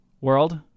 world